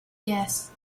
yes